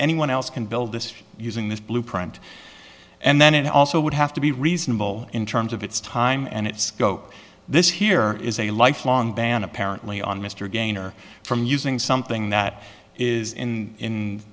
anyone else can build this using this blueprint and then it also would have to be reasonable in terms of its time and its scope this here is a lifelong ban apparently on mr gainer from using something that is in